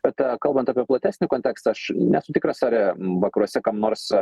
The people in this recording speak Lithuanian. bet kalbant apie platesnį kontekstą aš nesu tikras ar vakaruose kam nors